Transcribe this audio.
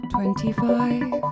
Twenty-five